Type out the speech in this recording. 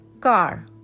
car